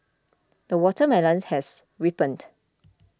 the watermelons has ripened